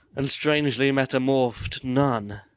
and strangely metamorphos'd nun.